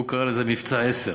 הוא קרא לזה: מבצע עשר,